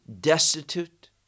destitute